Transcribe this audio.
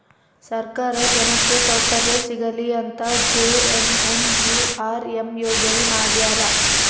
ಸರ್ಕಾರ ಜನಕ್ಕೆ ಸೌಕರ್ಯ ಸಿಗಲಿ ಅಂತ ಜೆ.ಎನ್.ಎನ್.ಯು.ಆರ್.ಎಂ ಯೋಜನೆ ಮಾಡ್ಯಾರ